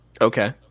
Okay